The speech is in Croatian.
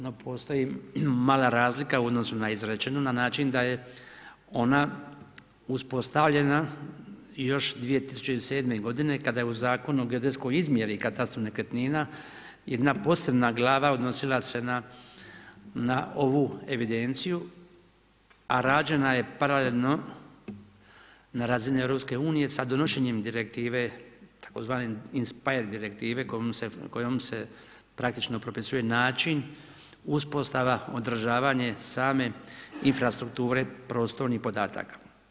No postoji mala razlika u odnosu na izrečeno na način da je ona uspostavljena još 2007. godine kada je u Zakonu o geodetskoj izmjeri katastra nekretnina jedna posebna glasa odnosila se na ovu evidenciju, a rađena je paralelno na razini Europske unije sa donošenjem direktive tzv. … direktive kojom se praktično propisuje način uspostava održavanje same infrastrukture prostornih podataka.